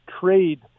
trade